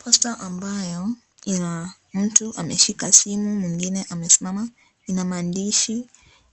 Posta ambayo ina mtu ameshika simu mwingine amesimama Ina maandishi